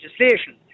legislation